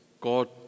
God